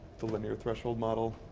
the linear threshold model,